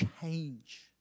change